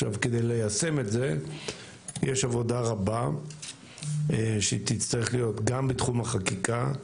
כדי ליישם את זה יש עבודה רבה שתצטרך להיות גם בתחום החקיקה,